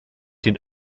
den